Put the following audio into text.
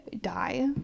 die